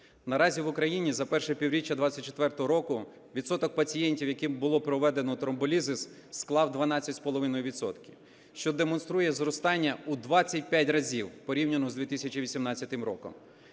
Наразі в Україні за перше півріччя 24-го року відсоток пацієнтів, яким було проведено тромболізис, склав 12,5 відсотка, що демонструє зростання у 25 разів порівняно з 2018 роком.